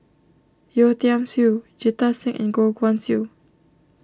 Yeo Tiam Siew Jita Singh and Goh Guan Siew